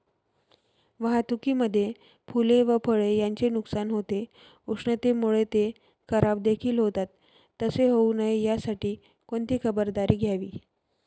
वाहतुकीमध्ये फूले व फळे यांचे नुकसान होते, उष्णतेमुळे ते खराबदेखील होतात तसे होऊ नये यासाठी कोणती खबरदारी घ्यावी?